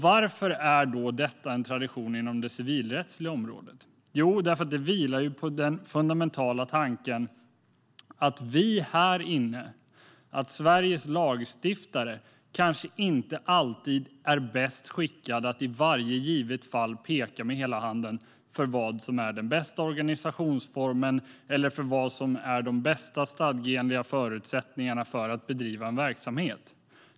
Varför är då det en tradition inom det civilrättsliga området? Jo, därför att det vilar på den fundamentala tanken att vi här inne - Sveriges lagstiftare - kanske inte alltid är bäst skickade att i varje givet fall peka med hela handen när det gäller vad som är den bästa organisationsformen eller de bästa stadgeenliga förutsättningarna för att bedriva en verksamhet.